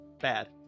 bad